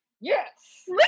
Yes